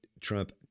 Trump